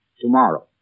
tomorrow